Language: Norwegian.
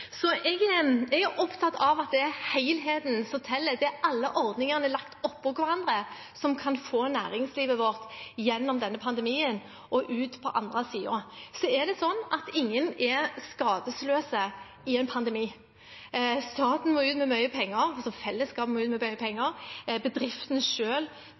Jeg er opptatt av at det er helheten som teller. Det er alle ordningene lagt oppå hverandre som kan få næringslivet vårt gjennom denne pandemien og ut på den andre siden. Så er det sånn at ingen er skadesløse i en pandemi. Staten må ut med mye penger, altså fellesskapet må ut med mye